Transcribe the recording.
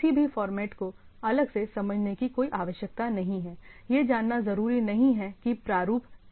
किसी भी फॉर्मेट को अलग से समझने की कोई आवश्यकता नहीं है यह जानना जरूरी नहीं है कि प्रारूप क्या है